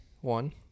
One